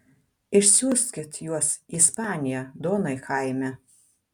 išsiųskit juos į ispaniją donai chaime